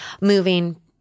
moving